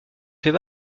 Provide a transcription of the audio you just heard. fait